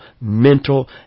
mental